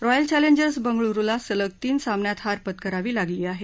royal challengers बंगळुरुला सलग तीन सामन्यात हार पत्करावी लागली आहे